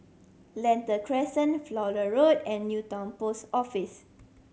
Lentor Crescent Flower Road and Newton Post Office